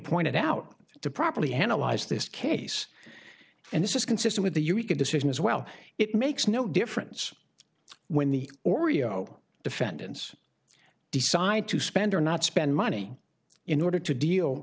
pointed out to properly analyze this case and this is consistent with the unique a decision as well it makes no difference when the oreo defendants decide to spend or not spend money in order to deal